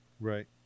Right